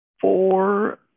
Four